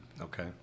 Okay